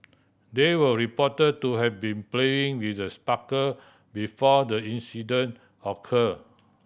they were report to have been playing with the sparkler before the incident occur